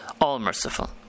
all-merciful